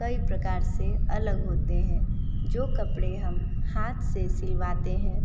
कई प्रकार से अलग होते हैं जो कपड़े हम हाथ से सिलवाते हैं